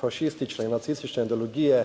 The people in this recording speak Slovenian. fašistične in nacistične ideologije